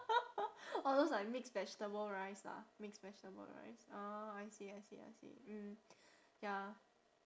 all those like mixed vegetable rice ah mixed vegetable rice orh I see I see I see mm ya